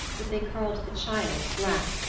but they called the child glapp,